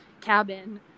cabin